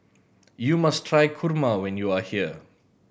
you must try kurma when you are here